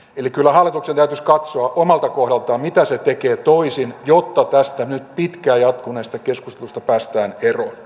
kyllä hallituksen täytyisi katsoa omalta kohdaltaan mitä se tekee toisin jotta tästä nyt pitkään jatkuneesta keskustelusta päästään eroon